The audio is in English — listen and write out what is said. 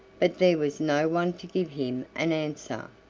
but there was no one to give him an answer. ah!